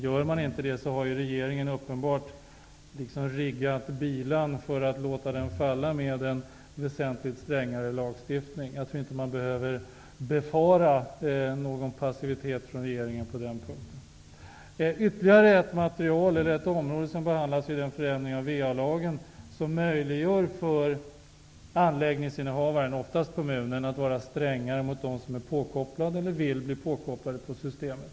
Gör man inte det har regeringen uppenbart riggat bilan för att låta den falla genom en väsentligt strängare lagstiftning. Jag tror inte att vi behöver befara någon passivitet från regeringens sida på denna punkt. Ytterligare ett material behandlas i den ändring av VA-lagen som möjliggör för anläggningsinnehavaren, oftast kommunen, att vara strängare mot den som är påkopplad eller vill bli påkopplad på systemet.